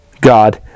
God